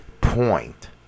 point